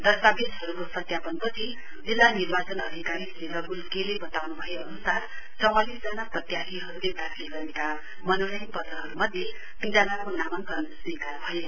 दस्तावेजहरुको सत्यापनपछि जिल्ला निर्वाचन अधिकारी श्री रगुल के ले वताउन् भए अनुसार चौंवालिसजना प्रत्याशीहरुले दाखिल गरेका मनोनयन पत्रहरुमध्ये तीनजनाको नामाङ्कन स्वीकार भएन